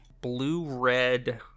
blue-red